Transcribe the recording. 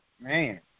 Man